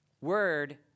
word